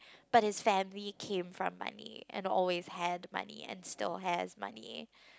but his family came from money and always had money and still has money